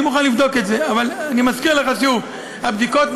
צוואר הבקבוק הוא